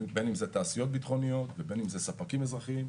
בין אם זה תעשיות ביטחוניות ובין אם זה ספקים אזרחיים,